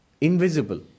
invisible